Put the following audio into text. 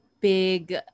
big